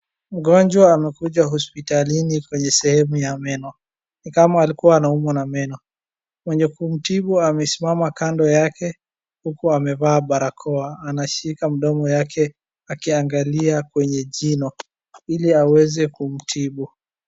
Mgonjwa amekuja hospitalini kwenye sehemu ya meno. Ni kama alikuwa anaumwa na meno. Mwenye kumtibu amesimama kando yake huku amevaa barakoa anashika mdomo yake akiangalia kwenye jino ili aweze kumtibu.